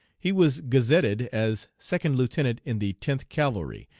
he was gazetted as second lieutenant in the tenth cavalry,